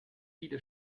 viele